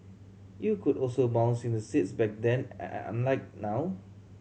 you could also bounce in the seats back then unlike now